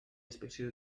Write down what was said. inspecció